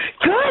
Good